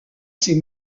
s’est